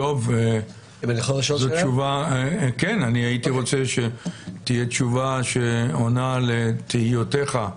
דב, הייתי רוצה שתהיה תשובה שעונה על תהיותיך.